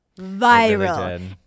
viral